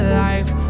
life